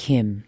Kim